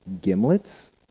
Gimlets